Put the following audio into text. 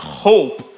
hope